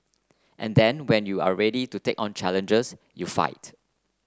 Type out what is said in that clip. and then when you're ready to take on challenges you fight